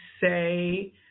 say